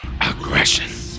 aggression